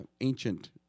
ancient